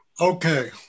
Okay